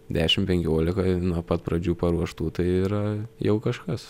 dešim penkiolika nuo pat pradžių paruoštų tai yra jau kažkas